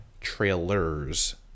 trailers